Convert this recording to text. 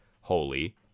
holy